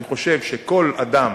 אני חושב שכל אדם